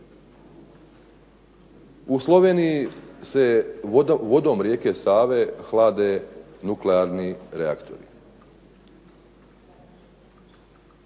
U Sloveniji se vodom rijeke Save hlade nuklearni reaktori.